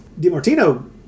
DiMartino